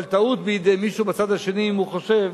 אבל טעות בידי מישהו בצד השני אם הוא חושב